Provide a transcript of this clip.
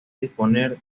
disponer